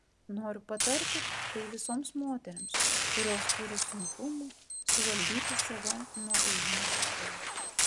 noriu patarti tai visoms moterims kurios turi sunkumų suvaldyti save nuo ėjimo į kairę